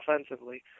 offensively